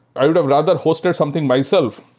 i would have rather hosted something myself.